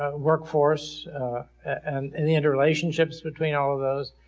ah work force, and and the interrelationships between all of those.